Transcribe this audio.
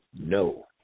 no